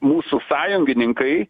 mūsų sąjungininkai